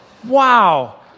wow